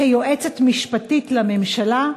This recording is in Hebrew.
ליועצת משפטית לממשלה,